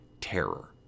terror